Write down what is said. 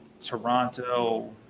Toronto